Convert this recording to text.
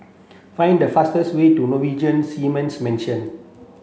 find the fastest way to Norwegian Seamen's Mission